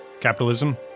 capitalism